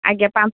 ଆଜ୍ଞା ପା